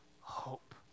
hope